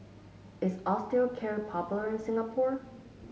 is Osteocare popular in Singapore